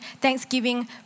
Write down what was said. Thanksgiving